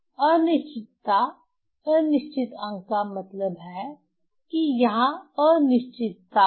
अनिश्चितता अनिश्चित अंक का मतलब है कि यहां अनिश्चितता है